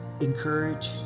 encourage